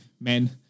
men